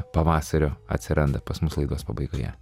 pavasario atsiranda pas mus laidos pabaigoje